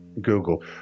Google